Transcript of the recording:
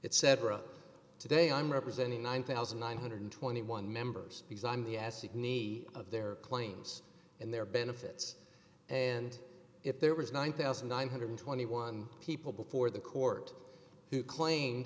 it cetera today i'm representing one thousand nine hundred and twenty one members because i'm the acid knee of their claims and their benefits and if there was one thousand nine hundred and twenty one people before the court who claim